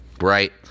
Right